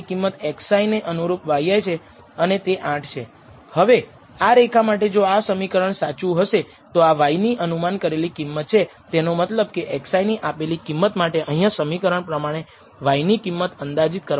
આ અંતર yi y છે અને આ બધા ઉભા અંતરનો સમ સ્કવેર્ડ એ બિંદુથી લાલ આડી રેખા સતત રેખા તરફ છે જેને આપણે SS ટોટલ અથવા સમ સ્કવેર્ડ ટોટલ કહીએ છીએ જે yi yનો સંપૂર્ણ તફાવત પણ દર્શાવે છે